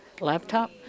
laptop